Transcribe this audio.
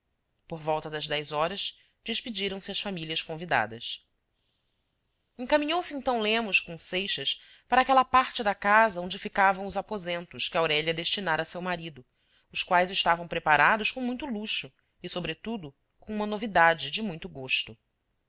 por volta das dez horas despediram-se as famílias convi dadas encaminhou-se então lemos com seixas para aquela parte da casa onde ficavam os aposentos que aurélia destinara a seu marido os quais estavam preparados com muito luxo e sobretudo com uma novidade de muito gosto